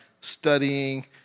studying